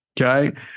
Okay